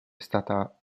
stata